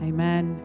Amen